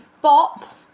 Bop